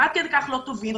הם עד כדי כך לא טובים,